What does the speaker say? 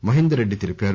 మహేందర్ రెడ్డి తెలిపారు